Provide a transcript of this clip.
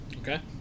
Okay